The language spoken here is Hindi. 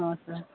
हँ सर